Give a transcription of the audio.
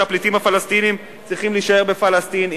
שהפליטים הפלסטינים צריכים להישאר בפלסטין,